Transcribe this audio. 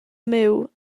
myw